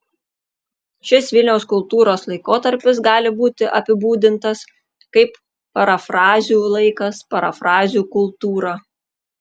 šis vilniaus kultūros laikotarpis gali būti apibūdintas kaip parafrazių laikas parafrazių kultūra